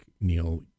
Neil